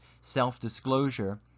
self-disclosure